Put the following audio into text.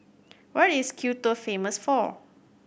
what is Quito famous for